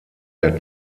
der